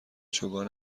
چوگان